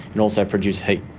and also produce heat.